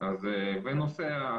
אם אנחנו מדברים,